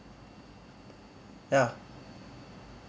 ya